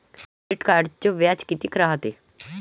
Credit कार्डचं व्याज कितीक रायते?